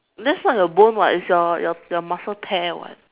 that's not your bone [what] it's your your your muscle tear [what]